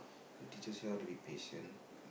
it teaches you how to be patient